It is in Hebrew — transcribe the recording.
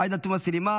עאידה תומא סלימאן,